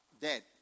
dead